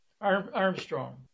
Armstrong